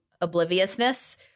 obliviousness